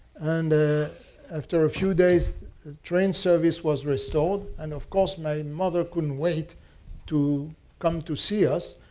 and after a few days, the train service was restored. and, of course, my mother couldn't wait to come to see us.